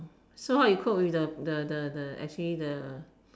so how you cope with the the the the actually the